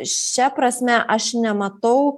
šia prasme aš nematau